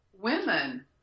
women